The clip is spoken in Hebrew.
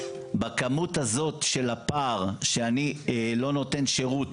בכמות הזאת של הפער שאני לא נותן שירות,